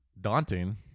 daunting